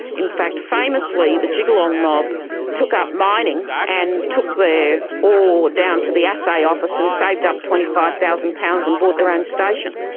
in fact famously the jigalong mob took up mining and took their ore down to the assay office and saved up twenty five thousand pounds and bought their own station.